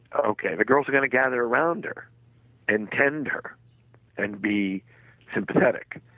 okay, the girls are going to gather around her and tend her and be sympathetic.